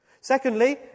Secondly